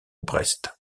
brest